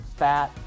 fat